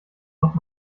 noch